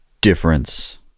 difference